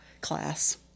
class